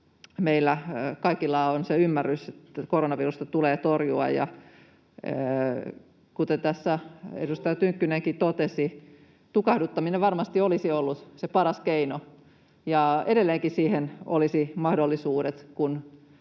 meillä kaikilla on se ymmärrys, että koronavirusta tulee torjua, ja kuten tässä edustaja Tynkkynenkin totesi, tukahduttaminen varmasti olisi ollut se paras keino. Edelleenkin siihen olisi mahdollisuudet,